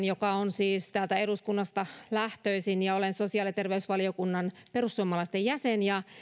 joka on siis täältä eduskunnasta lähtöisin olen sosiaali ja terveysvaliokunnan perussuomalaisten jäsen ja